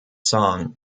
song